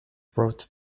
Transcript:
wrote